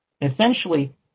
essentially